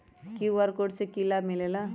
QR code से कि कि लाव मिलेला?